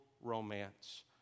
romance